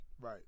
Right